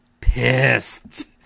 pissed